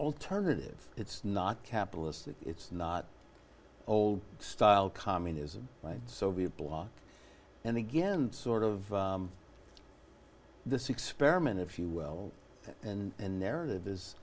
alternative it's not capitalist it's not old style communism like soviet bloc and again sort of this experiment if you will and there it is